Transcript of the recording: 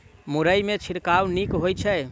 मुरई मे छिड़काव नीक होइ छै?